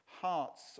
hearts